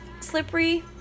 slippery